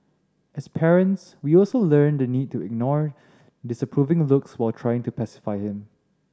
as parents we also learn the need to ignore disapproving looks while trying to pacify him